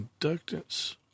inductance